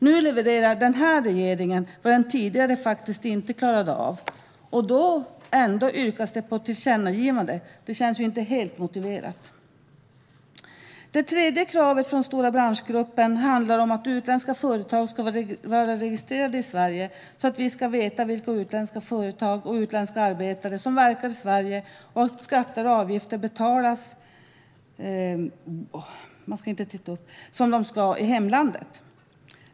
Nu levererar denna regering vad den tidigare faktiskt inte klarade av. Ändå yrkas det på ett tillkännagivande. Det känns inte helt motiverat. Det tredje kravet från Stora branschgruppen handlar om att utländska företag ska vara registrerade i Sverige, så att vi ska veta vilka utländska företag och utländska arbetare som verkar i Sverige och att skatter och avgifter betalas som de ska i hemlandet.